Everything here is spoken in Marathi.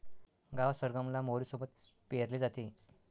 गावात सरगम ला मोहरी सोबत पेरले जाते